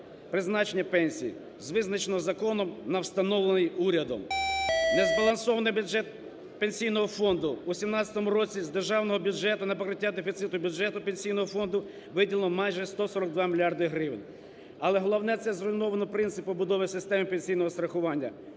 призначення пенсій з визначеного законом на встановлений урядом. Незбалансований бюджет Пенсійного фонду: у 17 році з державного бюджету на покриття дефіциту бюджету Пенсійного фонду виділено майже 142 мільярди гривень. Але головне – це зруйновано принцип побудови системи пенсійного страхування,